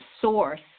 source